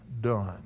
done